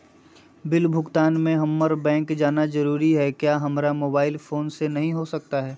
Bill भुगतान में हम्मारा बैंक जाना जरूर है क्या हमारा मोबाइल फोन से नहीं हो सकता है?